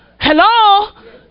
Hello